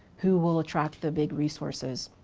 who will attract the big resources?